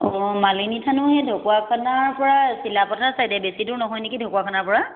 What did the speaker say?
অঁ মালিনী থানো সেই ঢকুৱাখানাৰ পৰা চিলাপথাৰ চাইডে বেছি দূৰ নহয় নেকি ঢকুৱাখানাৰ পৰা